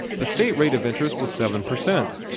the state rate of interest was seven per cent.